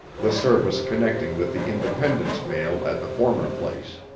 the service connecting with the independence mail at the former place.